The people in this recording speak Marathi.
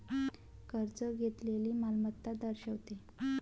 कर्ज घेतलेली मालमत्ता दर्शवते